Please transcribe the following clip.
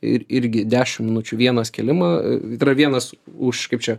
ir irgi dešim minučių vienas kėlimą tai yra vienas už kaip čia